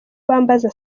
bambaza